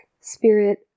spirit